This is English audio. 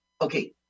Okay